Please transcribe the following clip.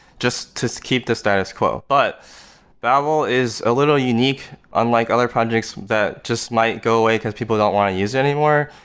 just to keep the status quo. but babel is a little unique, unlike other projects that just might go away, because people don't want to use it anymore,